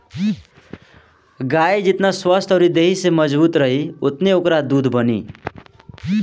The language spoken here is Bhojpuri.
गाई जेतना स्वस्थ्य अउरी देहि से मजबूत रही ओतने ओकरा दूध बनी